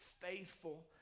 faithful